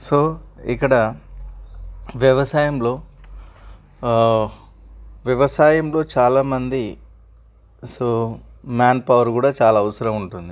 so ఇక్కడ వ్యవసాయంలో వ్యవసాయంలో చాలా మంది సో మ్యాన్ పవర్ కూడా చాలా అవసరం ఉంటుంది